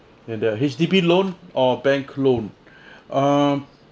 and the H_D_B loan or bank loan um